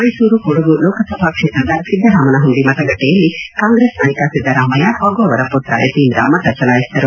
ಮೈಸೂರು ಕೊಡಗು ಲೋಕಸಭಾ ಕ್ಷೇತ್ರದ ಸಿದ್ದರಾಮನಹುಂಡಿ ಮತಗಟ್ಟೆಯಲ್ಲಿ ಕಾಂಗ್ರೆಸ್ ನಾಯಕ ಸಿದ್ದರಾಮಯ್ಯ ಹಾಗೂ ಅವರ ಪುತ್ರ ಯತೀಂದ್ರ ಮತ ಚಲಾಯಿಸಿದರು